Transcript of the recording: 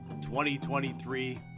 2023